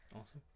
Awesome